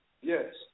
Yes